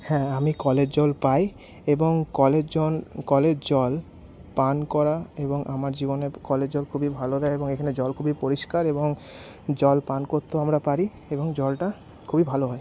হ্যাঁ আমি কলের জল পাই এবং কলের জল কলের জল পান করা এবং আমার জীবনের কলের জল খুবই ভালো দেয় এবং এখানে জল খুবই পরিষ্কার এবং জল পান করতেও আমরা পারি এবং জলটা খুবই ভালো হয়